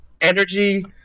energy